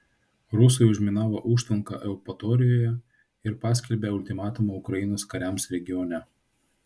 rusai užminavo užtvanką eupatorijoje ir paskelbė ultimatumą ukrainos kariams regione